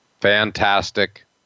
fantastic